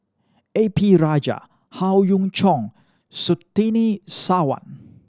A P Rajah Howe Yoon Chong and Surtini Sarwan